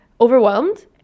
overwhelmed